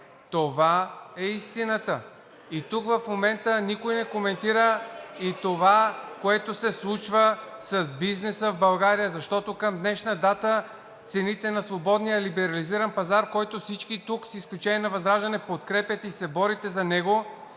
от ГЕРБ-СДС.) И тук в момента никой не коментира и това, което се случва с бизнеса в България, защото към днешна дата цените на свободния либерализиран пазар, който всички тук с изключение на ВЪЗРАЖДАНЕ подкрепят и се борите за него,